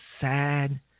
sad